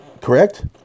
Correct